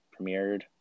premiered